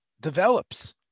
develops